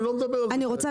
אני לא מדבר -- אני רק רוצה